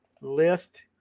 list